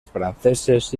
franceses